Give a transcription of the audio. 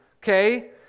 okay